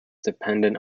dependent